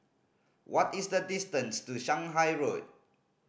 what is the distance to Shanghai Road